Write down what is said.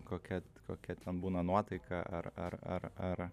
kokia kokia ten būna nuotaika ar ar ar ar